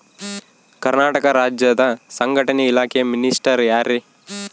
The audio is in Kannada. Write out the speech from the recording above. ಕರ್ನಾಟಕ ರಾಜ್ಯದ ಸಂಘಟನೆ ಇಲಾಖೆಯ ಮಿನಿಸ್ಟರ್ ಯಾರ್ರಿ?